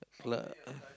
apply